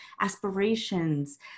aspirations